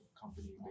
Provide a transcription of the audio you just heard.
company